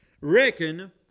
reckon